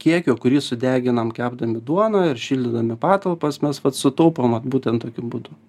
kiekio kurį sudeginam kepdami duoną ir šildydami patalpas mes vat sutaupom vat būtent tokiu būdu